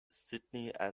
sidney